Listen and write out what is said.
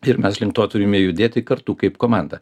ir mes link to turime judėti kartu kaip komanda